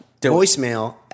Voicemail